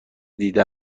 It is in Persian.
دیده